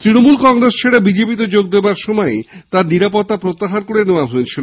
তৃণমূল কংগ্রেস ছেড়ে বিজেপিতে যোগ দেওয়ার সময়ই তার নিরাপত্তা প্রত্যাহার করে নেওয়া হয়েছিল